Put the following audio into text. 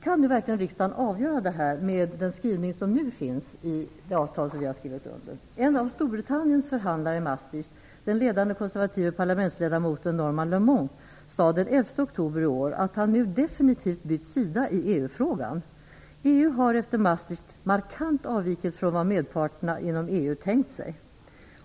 Kan riksdagen verkligen avgöra det här med den skrivning som nu finns i det avtal som vi har skrivit under? En av Storbritanniens förhandlare i Maastricht, den ledande konservative parlamentsledamoten Norman Lamont, sade den 11 oktober i år att han nu definitivt har bytt sida i EU-frågan. EU har efter Maastricht markant avvikit från vad merparten inom EU har tänkt sig.